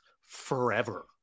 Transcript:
forever